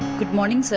good morning, sir.